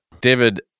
David